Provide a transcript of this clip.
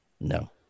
No